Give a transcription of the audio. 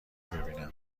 ببینم